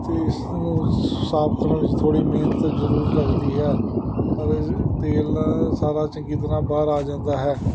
ਅਤੇ ਇਸ ਨੂੰ ਸਾਫ ਕਰਨ ਵਿੱਚ ਥੋੜ੍ਹੀ ਮਿਹਨਤ ਜ਼ਰੂਰ ਲੱਗਦੀ ਹੈ ਪਰ ਤੇਲ ਸਾਰਾ ਚੰਗੀ ਤਰ੍ਹਾਂ ਬਾਹਰ ਆ ਜਾਂਦਾ ਹੈ